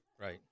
right